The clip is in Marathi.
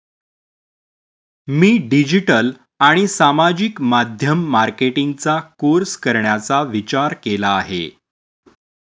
मी डिजिटल आणि सामाजिक माध्यम मार्केटिंगचा कोर्स करण्याचा विचार केला आहे